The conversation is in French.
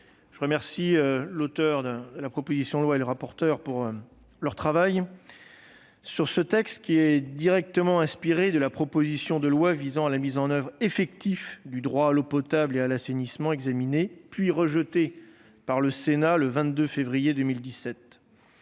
je remercie l'auteur de la proposition de loi et le rapporteur pour leur travail sur ce texte, qui est directement inspiré de la proposition de loi visant à la mise en oeuvre effective du droit à l'eau potable et à l'assainissement examinée, puis rejetée par le Sénat le 22 février 2017.